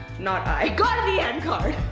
not i. go to the en card.